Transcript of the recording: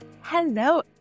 Hello